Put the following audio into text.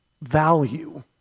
value